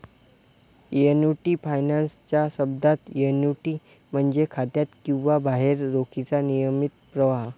annuity finance च्या शब्दात, annuity म्हणजे खात्यात किंवा बाहेर रोखीचा नियमित प्रवाह